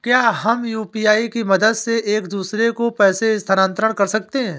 क्या हम यू.पी.आई की मदद से एक दूसरे को पैसे स्थानांतरण कर सकते हैं?